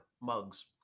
mugs